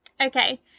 Okay